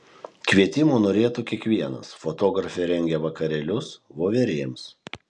kvietimo norėtų kiekvienas fotografė rengia vakarėlius voverėms